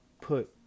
put